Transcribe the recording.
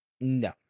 No